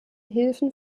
hilfen